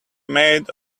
made